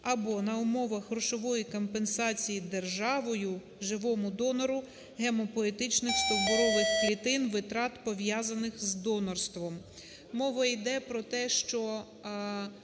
або на умовах грошової компенсації державою живому донору гемопоетичних стовбурових клітин витрат, пов'язаних з донорством". Мова йде про те, що